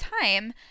time